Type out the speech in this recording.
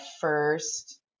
first